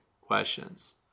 questions